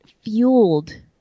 fueled